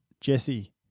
Jesse